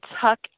tuck